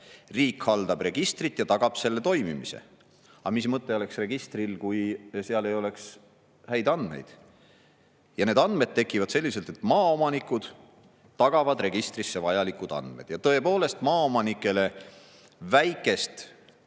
Riik haldab registrit ja tagab selle toimimise." Aga mis mõte oleks registril, kui seal ei oleks häid andmeid? Ja need andmed tekivad selliselt, et maaomanikud tagavad registrisse vajalike andmete [esitamise]. Ja tõepoolest, maaomanikele väikest